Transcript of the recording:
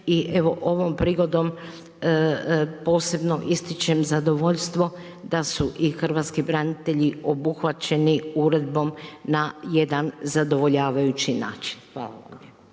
i evo ovom prigodom posebno ističem zadovoljstvo da su i hrvatski branitelji obuhvaćeni uredbom na jedan zadovoljavajući način. Hvala vam